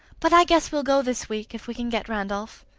but i guess we'll go this week, if we can get randolph.